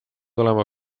olema